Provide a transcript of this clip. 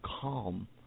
calm